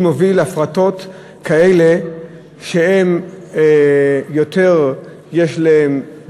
מוביל הפרטות כאלה שיש להן יותר דימויים,